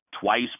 twice